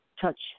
Touch